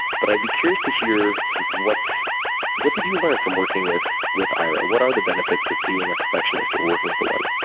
but i'd be curious to hear sort of what what did you learn from working with with ira? what are the benefits of being a perfectionist or working for one?